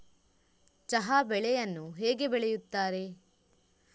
ಚಹಾ ಬೆಳೆಯನ್ನು ಹೇಗೆ ಬೆಳೆಯುತ್ತಾರೆ?